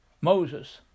Moses